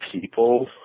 people